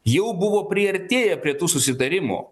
jau buvo priartėję prie tų susitarimų